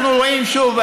אנחנו רואים שוב,